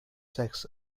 sex